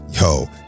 Yo